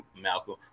Malcolm